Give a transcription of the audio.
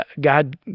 God